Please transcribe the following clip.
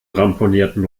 ramponierten